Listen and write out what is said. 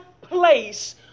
place